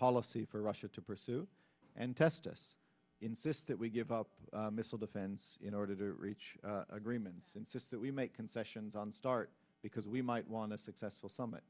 policy for russia to pursue and test us insist that we give up missile defense in order to reach agreements insist that we make concessions on start because we might want a successful summit